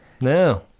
No